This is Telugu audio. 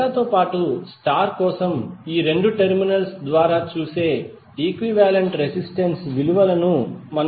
డెల్టా తో పాటు స్టార్ కోసం ఈ 2 టెర్మినల్ స్ ద్వారా చూసే ఈక్వివాలెంట్ రెసిస్టెన్స్ ల విలువను మనము కనుగొనబోతున్నాము